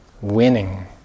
winning